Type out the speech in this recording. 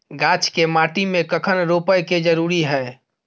गाछ के माटी में कखन रोपय के जरुरी हय?